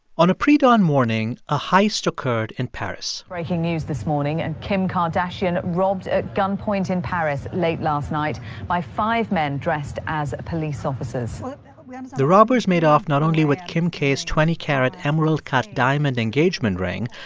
on a pre-dawn morning, a heist occurred in paris breaking news this morning. and kim kardashian robbed at gunpoint in paris late last night by five men dressed as police officers the robbers made off not only with kim k's twenty carat emerald cut diamond engagement ring,